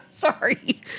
Sorry